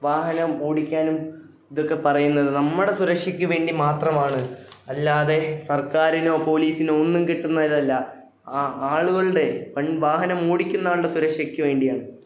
വാഹനം ഓടിക്കാനും ഇതൊക്കെ പറയുന്നത് നമ്മുടെ സുരക്ഷയ്ക്കുവേണ്ടി മാത്രമാണ് അല്ലാതെ സർക്കാരിനോ പോലീസിനോ ഒന്നും കിട്ടുന്നതിനല്ല ആ ആളുകളുടെ വാഹനമോടിക്കുന്ന ആളുടെ സുരക്ഷയ്ക്കുവേണ്ടിയാണ്